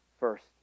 First